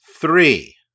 three